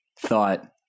thought